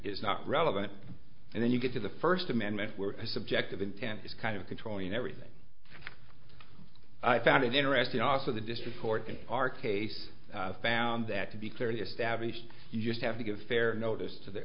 is not relevant and then you get to the first amendment were a subjective intent is kind of controlling everything i found it interesting also the district court in our case found that to be clearly established you just have to give fair notice to the